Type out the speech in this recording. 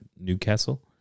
Newcastle